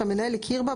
שהמנהל הכיר בה,